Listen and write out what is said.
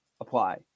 Apply